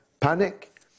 panic